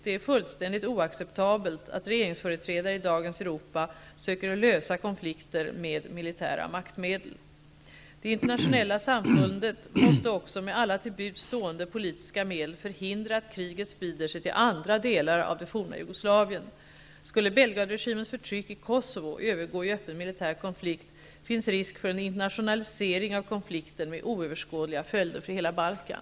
Det är fullständigt oacceptabelt att regeringsföreträdare i dagens Europa söker lösa konflikter med militära maktmedel. Det internationella samfundet måste också med alla till buds stående politiska medel förhindra att kriget sprider sig till andra delar av det forna Kosovo övergå i öppen militär konflikt finns risk för en internationalisering av konflikten med oöverskådliga följder för hela Balkan.